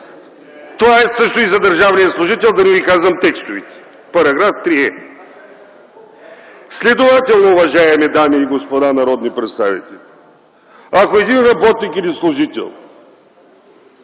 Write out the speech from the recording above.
Това е също и за държавния служител, да не ви казвам текстовете на § 3е. Следователно, уважаеми дами и господа народни представители, ако един работник или служител,